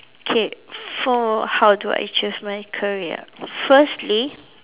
K for how do I choose my career firstly